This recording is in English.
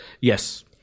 Yes